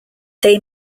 they